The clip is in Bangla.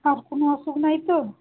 আর কোনো অসুখ নাই তো